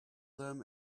them